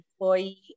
employee